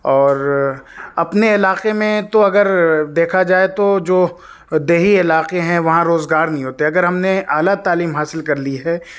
اور اپنے علاقے میں تو اگر دیکھا جائے تو جو دیہی علاقے ہیں وہاں روزگار نہیں ہوتے اگر ہم نے اعلیٰ تعلیم حاصل کر لی ہے